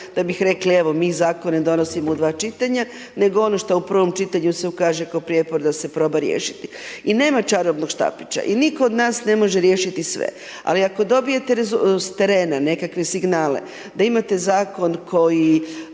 da bih rekli evo mi zakone donosimo u dva čitanja, nego ono što u prvom čitanju se ukaže kao prijepor da se proba riješiti i nema čarobnog štapića. I nitko od nas ne može riješiti sve, ali ako dobijete s terena nekakve signale da imate zakon koji